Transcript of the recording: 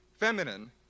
feminine